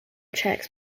checks